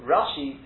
Rashi